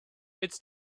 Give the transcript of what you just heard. it’s